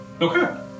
Okay